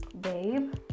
babe